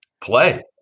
play